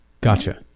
Gotcha